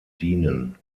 dienen